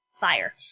fire